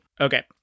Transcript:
Okay